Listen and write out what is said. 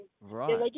right